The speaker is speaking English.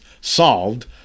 solved